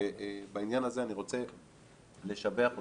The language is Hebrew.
שבעניין הזה אני רוצה לשבח אותך,